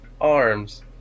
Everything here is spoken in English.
arms